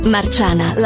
Marciana